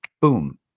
boom